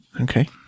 Okay